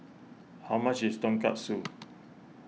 how much is Tonkatsu